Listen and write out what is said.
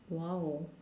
!wow!